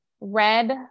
red